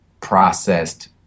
processed